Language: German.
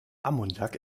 ammoniak